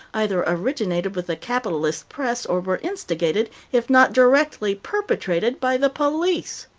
either originated with the capitalist press or were instigated, if not directly perpetrated, by the police.